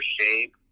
shape